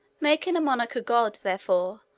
making a monarch a god, therefore,